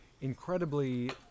incredibly